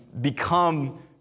become